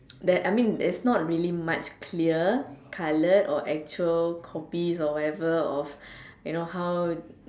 there I mean there's not really much clear colour or actual copies or whatever of you know how